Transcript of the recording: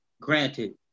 granted